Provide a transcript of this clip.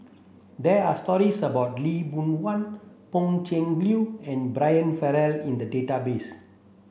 there are stories about Lee Boon Wang Pan Cheng Lui and Brian Farrell in the database